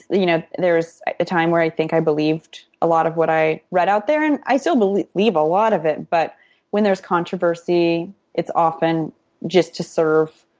you know, there's a time where i think i believed a lot of what i read out there. and i still believe a lot of it but when there's controversy it's often just to serve,